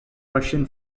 russian